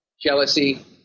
jealousy